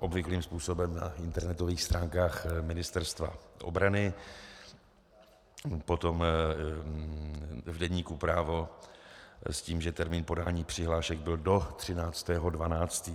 obvyklým způsobem na internetových stránkách Ministerstva obrany, potom v deníku Právo, s tím, že termín podání přihlášek byl do 13. 12.